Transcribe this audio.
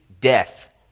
death